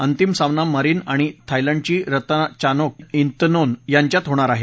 अंतिम सामना मरिन आणि थायलंडची रतचानोक इंतनोन यांच्यामध्ये होणार आहे